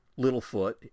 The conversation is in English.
Littlefoot